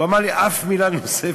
הוא אמר לי: אף מילה נוספת,